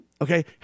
Okay